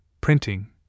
printing